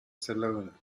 stallone